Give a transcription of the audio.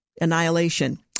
annihilation